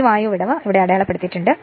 ഈ വായു വിടവ് അടയാളപ്പെടുത്തിയിരിക്കുന്നു